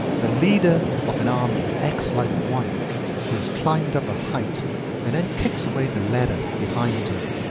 the leader of an army acts like one who has climbed up a height and then kicks away the ladder behind him.